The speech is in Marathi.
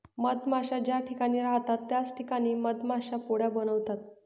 मधमाश्या ज्या ठिकाणी राहतात त्याच ठिकाणी मधमाश्या पोळ्या बनवतात